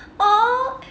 !aww!